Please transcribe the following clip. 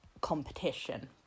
competition